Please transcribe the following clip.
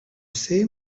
sais